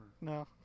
no